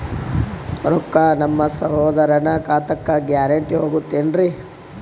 ರೊಕ್ಕ ನಮ್ಮಸಹೋದರನ ಖಾತಕ್ಕ ಗ್ಯಾರಂಟಿ ಹೊಗುತೇನ್ರಿ?